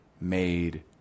made